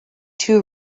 two